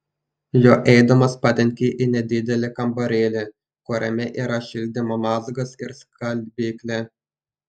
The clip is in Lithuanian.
juo eidamas patenki į nedidelį kambarėlį kuriame yra šildymo mazgas ir skalbyklė